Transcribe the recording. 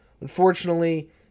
Unfortunately